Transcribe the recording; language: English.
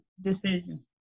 decision